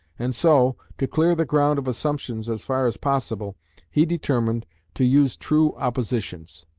and so, to clear the ground of assumptions as far as possible he determined to use true oppositions.